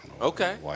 Okay